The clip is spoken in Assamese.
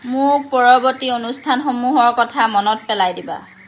মোক পৰৱৰ্তী অনুষ্ঠানসমূহৰ কথা মনত পেলাই দিবা